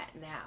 now